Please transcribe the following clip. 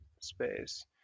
space